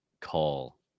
call